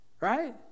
right